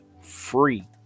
free